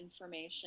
information